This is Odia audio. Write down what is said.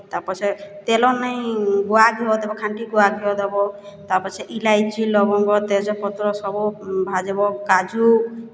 ତା ପଛେ ତେଲ ନାଇଁ ଗୁଆ ଘିଅ ଦେବ ଖାଣ୍ଟି ଗୁଆ ଘିଅ ଦେବ ତାପଛେ ଇଲାଇଚି ଲବଙ୍ଗ ତେଜପତ୍ର ସବୁ ଭାଜ୍ବ କାଜୁ